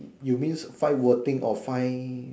you means five wording or five